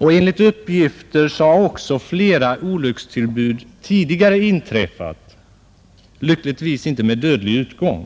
Enligt uppgifter har också tidigare flera olyckstillbud inträffat, lyckligtvis inte med dödlig utgång.